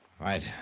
Right